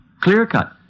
clear-cut